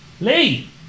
Lee